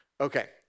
Okay